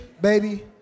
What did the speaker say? baby